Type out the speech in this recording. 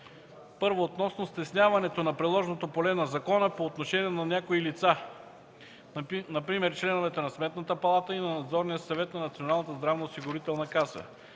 - Относно стесняването на приложното поле на закона по отношение на някои лица (например членовете на Сметната палата и на Надзорния съвет на Националната здравноосигурителна каса);